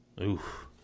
Oof